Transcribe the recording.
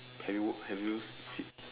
have you have you fix